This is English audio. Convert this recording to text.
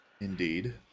Indeed